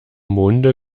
monde